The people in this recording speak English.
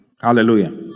Hallelujah